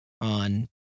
on